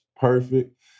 perfect